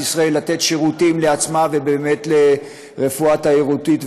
ישראל לתת שירותים לעצמה ובאמת לרפואה תיירותית,